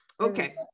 Okay